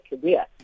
career